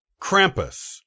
Krampus